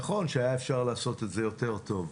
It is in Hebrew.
נכון שאפשר היה לעשות את זה יותר טוב,